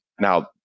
now